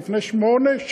זה היה לפני שמונה שנים.